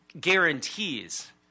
guarantees